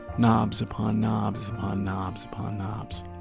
knobs upon knobs upon knobs upon knobs.